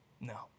no